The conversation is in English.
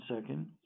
second